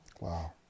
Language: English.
Wow